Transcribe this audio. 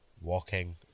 walking